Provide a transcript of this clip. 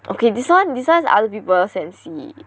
okay this [one] this [one] is other peoples sensy